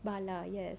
bala yes